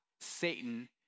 Satan